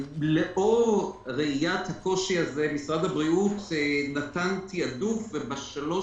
לאור ראיית הקושי הזה משרד הבריאות נתן תעדוף ובשלוש